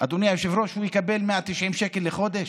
אדוני היושב-ראש, הוא יקבל 190 שקל לחודש?